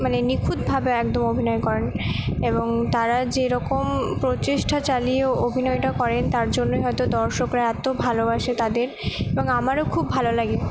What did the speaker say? মানে নিখুঁতভাবে একদম অভিনয় করেন এবং তারা যেরকম প্রচেষ্টা চালিয়ে অভিনয়টা করেন তার জন্যই হয়তো দর্শকরা এতো ভালোবাসে তাদের এবং আমারও খুব ভালো লাগে